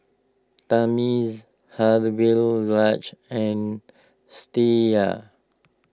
Thamizhavel Raja and